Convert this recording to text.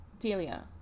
Delia